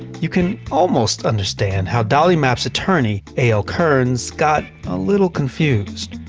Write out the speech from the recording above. you can almost understand how dolly mapp's attorney, a l. kearns, got a little confused.